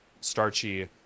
starchy